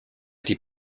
die